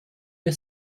mir